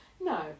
No